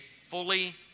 fully